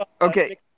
Okay